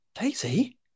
Daisy